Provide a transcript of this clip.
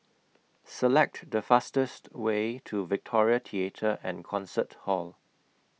Select The fastest Way to Victoria Theatre and Concert Hall